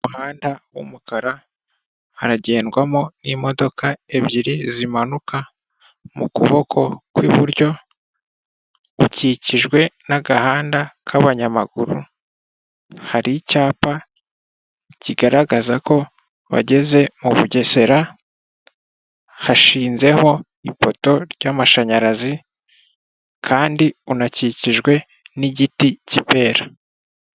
Muri kaburimbo, harimo imodoka ebyiri ziri kurenga. Iruhande rw'umuhanda hari icyapa cy'umweru cyanditseho ko ari Akarere ka Bugesera.